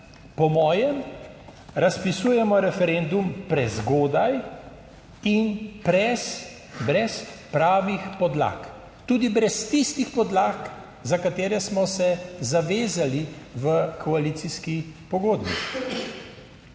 po mojem razpisujemo referendum prezgodaj in brez pravih podlag, tudi brez tistih podlag, za katere smo se zavezali v koalicijski pogodbi.